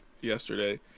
yesterday